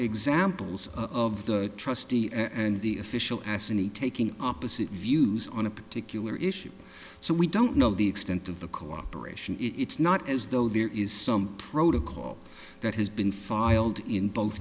examples of the trustee and the official as any taking opposite views on a particular issue so we don't know the extent of the cooperation it's not as though there is some protocol that has been filed in both